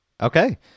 Okay